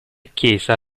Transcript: chiesa